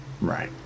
right